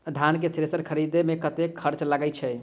धान केँ थ्रेसर खरीदे मे कतेक खर्च लगय छैय?